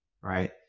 right